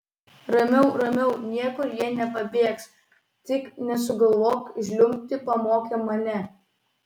ramiau ramiau niekur jie nepabėgs tik nesugalvok žliumbti pamokė mane